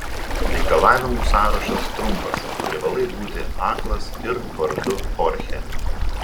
reikalavimų sąrašas trumpas privalai būti aklas ir vardu chorchė